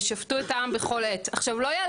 ושפטו את העם בכל עת.